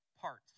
parts